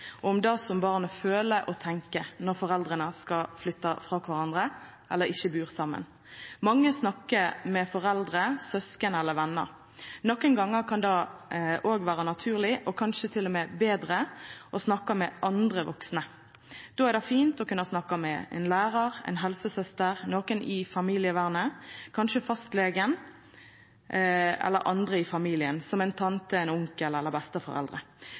og om det som barnet føler og tenkjer når foreldra skal flytta frå kvarandre, eller ikkje bur saman. Mange snakkar med foreldre, søsken eller vener. Nokre gonger kan det òg vera naturleg, og kanskje til og med betre, å snakka med andre vaksne. Då er det fint å kunne snakka med ein lærar, ei helsesøster, nokre i familievernet, kanskje fastlegen, eller andre i familien, slik som ei tante, ein onkel eller